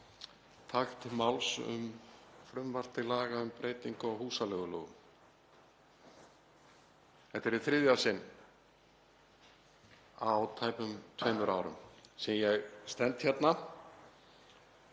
taka til máls um frumvarp til laga um breytingu á húsaleigulögum. Þetta er í þriðja sinn á tæpum tveimur árum sem ég stend hér